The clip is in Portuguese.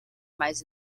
mais